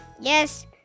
yes